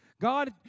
God